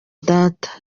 data